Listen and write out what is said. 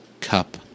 cup